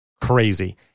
crazy